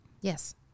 Yes